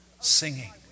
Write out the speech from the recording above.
singing